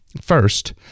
First